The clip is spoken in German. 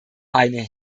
eine